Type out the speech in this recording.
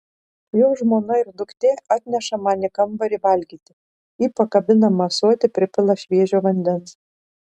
jo žmona ir duktė atneša man į kambarį valgyti į pakabinamą ąsotį pripila šviežio vandens